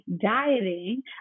dieting